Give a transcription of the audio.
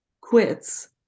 quits